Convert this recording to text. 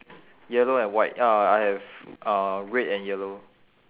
yellow and white ah I have uh red and yellow